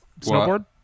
snowboard